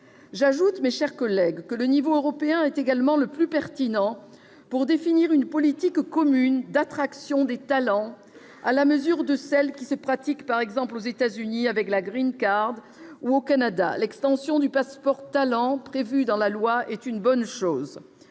J'ajoute, mes chers collègues, que l'échelle européenne est également la plus pertinente pour définir une politique commune d'attraction des talents, à la mesure de celle qui se pratique, par exemple aux États-Unis, avec la, ou au Canada. L'extension du passeport talent, prévue dans le projet de loi, est une bonne chose.